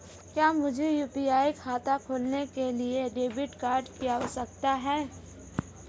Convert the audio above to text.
क्या मुझे यू.पी.आई खाता खोलने के लिए डेबिट कार्ड की आवश्यकता है?